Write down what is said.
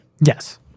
Yes